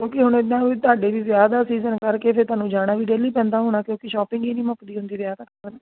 ਕਿਉਂਕਿ ਹੁਣ ਇੱਦਾਂ ਵੀ ਤੁਹਾਡੇ ਵੀ ਵਿਆਹ ਦਾ ਸੀਜ਼ਨ ਕਰਕੇ ਫਿਰ ਤੁਹਾਨੂੰ ਜਾਣਾ ਵੀ ਡੇਲੀ ਪੈਂਦਾ ਹੋਣਾ ਕਿਉਂਕਿ ਸ਼ੋਪਿੰਗ ਹੀ ਨਹੀਂ ਮੁੱਕਦੀ ਹੁੰਦੀ ਵਿਆਹ ਤੱਕ ਤਾਂ ਹੈ ਨਾ